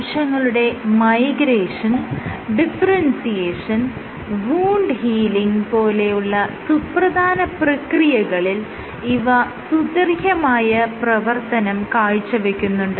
കോശങ്ങളുടെ migration differentiation wound healing പോലെയുള്ള സുപ്രധാന പ്രക്രിയകളിൽ ഇവ സുത്യർഹമായ പ്രവർത്തനം കാഴ്ചവെക്കുന്നുണ്ട്